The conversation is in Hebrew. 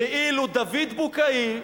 ואילו דוד בוקעי,